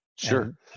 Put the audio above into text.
Sure